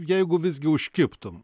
jeigu visgi užkibtum